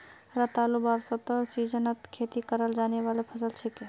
रतालू बरसातेर सीजनत खेती कराल जाने वाला फसल छिके